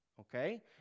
Okay